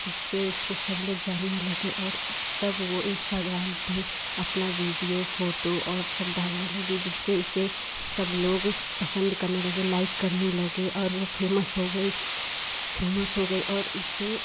जिससे उसको सब लोग जानने लगे और तब वो इंस्टाग्राम पर अपना वीडियो फोटो और सब डालने लगी जिससे उसे सब लोग पसंद करने लगे लाइक करने लगे और वो फेमस हो गई फेमस हो गई और उसे